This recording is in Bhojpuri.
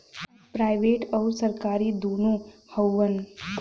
अब प्राइवेट अउर सरकारी दुन्नो हउवन